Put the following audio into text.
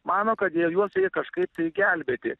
mano kad jie juos reikia kažkaip tai gelbėti